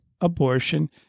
abortion